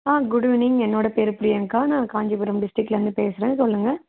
ஆ good evening என்னோட பேர் பிரியங்கா நான் காஞ்சிபுரம் டிஸ்ட்ரிக்லருந்து பேசுகிறேன் சொல்லுங்கள்